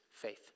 faith